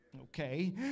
Okay